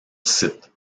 site